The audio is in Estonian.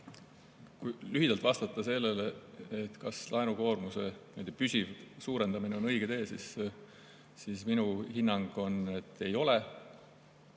Kui lühidalt vastata sellele, kas laenukoormuse püsiv suurendamine on õige tee, siis minu hinnang on, et ei ole.